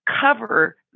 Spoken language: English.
cover